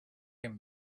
him